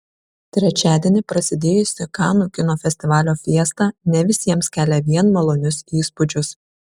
trečiadienį prasidėjusi kanų kino festivalio fiesta ne visiems kelia vien malonius įspūdžius